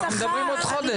מדברים עוד חודש,